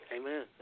Amen